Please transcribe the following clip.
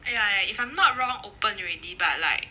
ya if I'm not wrong open already but like